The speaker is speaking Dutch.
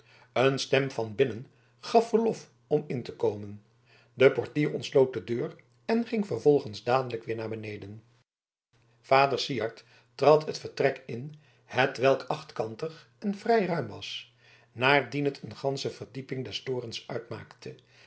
een stem van binnen gaf verlof om in te komen de portier ontsloot de deur en ging vervolgens dadelijk weer naar beneden vader syard trad het vertrek in hetwelk achtkantig en vrij ruim was naardien het een gansche verdieping des torens uitmaakte